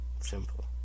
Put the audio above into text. simple